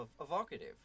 evocative